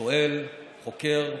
שואל, חוקר ודורש,